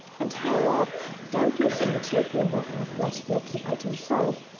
and higher up, doubtless in the chapel above the flat he occupied himself,